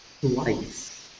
Twice